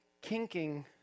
kinking